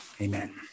Amen